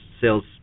sales